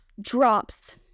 Drops